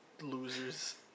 losers